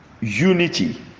unity